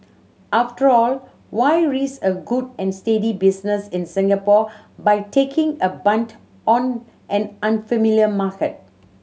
after all why risk a good and steady business in Singapore by taking a punt on an unfamiliar market